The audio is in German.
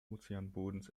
ozeanbodens